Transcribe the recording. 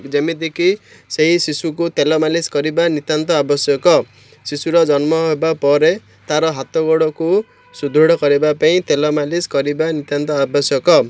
ଯେମିତିକି ସେହି ଶିଶୁକୁ ତେଲ ମାଲିସ୍ କରିବା ନିତ୍ୟାନ୍ତ ଆବଶ୍ୟକ ଶିଶୁର ଜନ୍ମ ହେବା ପରେ ତା'ର ହାତ ଗୋଡ଼କୁ ସୁଦୃଢ଼ କରିବା ପାଇଁ ତେଲ ମାଲିସ୍ କରିବା ନିତ୍ୟାନ୍ତ ଆବଶ୍ୟକ